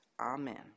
Amen